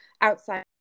outside